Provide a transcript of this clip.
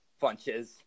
punches